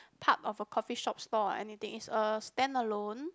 part of a coffee shop store or anything it's a stand alone